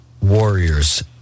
warriors